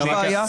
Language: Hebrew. יש בעיה?